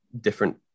different